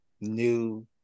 new